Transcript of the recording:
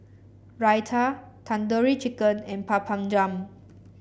Raita Tandoori Chicken and Papadum